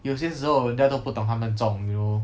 有些时候人家都不懂他们中 you know